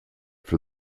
for